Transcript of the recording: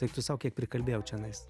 eik tu sau kiek prikalbėjau čionais